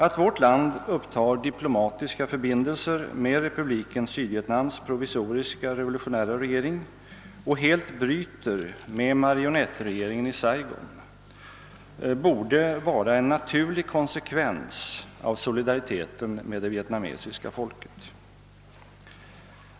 Att vårt land upptar diplomatiska förbindelser med republiken Sydvietnams provisoriska revolutionära regering och helt bryter med marionettregeringen i Saigon borde vara en naturlig konsekvens av solidariteten med det vietnamesiska folket.